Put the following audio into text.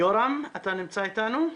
אתה נמצא איתנו?